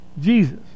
Jesus